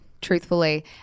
truthfully